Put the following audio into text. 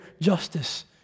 justice